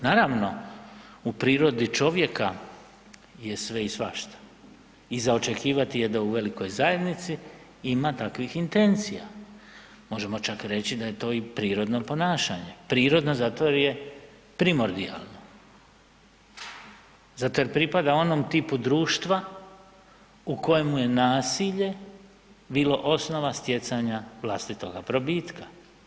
Naravno, u prirodi čovjeka je sve i svašta i za očekivati je da u velikoj zajednici ima takvih intencija, možemo čak reći da je to i prirodno ponašanje, primarno zato jer je primordijalno, zato jer pripada onom tipu društva u kojemu je nasilje bilo osnova stjecanja vlastitoga probitka.